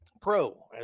Pro